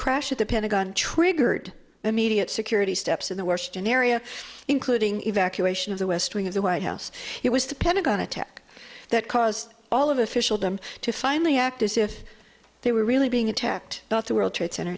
crash of the pentagon triggered immediate security steps in the washington area including evacuation of the west wing of the white house it was the pentagon attack that caused all of officialdom to finally act as if they were really being attacked about the world trade center